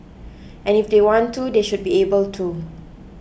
and if they want to they should be able to